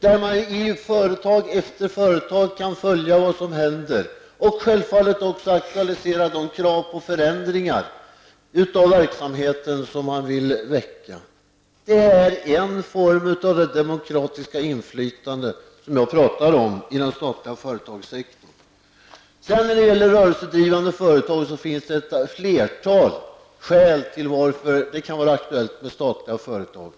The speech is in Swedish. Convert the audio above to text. Där kan man företag efter företag följa vad som har hänt och självfallet också aktualisera de krav på förändringar av verksamheten som man vill väcka. Det är en form av det demokratiska inflytande som jag har talat om i den statliga företagssektorn. När det gäller rörelsedrivande företag finns det ett flertal skäl till att det kan vara aktuellt med statligt företag.